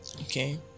Okay